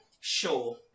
Sure